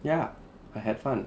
ya I had fun